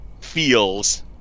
feels